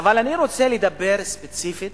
אבל אני רוצה לדבר ספציפית